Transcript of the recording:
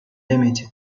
limited